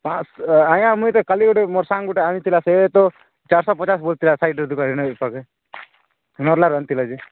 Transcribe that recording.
ପାଞ୍ଚଶହ ଆଜ୍ଞା ମୁଇଁତେ କାଲି ଗୋଟେ ମୋର୍ ସାଙ୍ଗ ଗୋଟେ ଆଣିଥିଲା ସେ ତ ଚାରିଶହ ପଚାଶ୍ ପଡ଼ିଥିଲା ସାଇଡ଼ରେ ଦୁକାନ୍କେ ପାଖେ ନର୍ଲାରୁ ଆଣିଥିଲା ଯେ